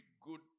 good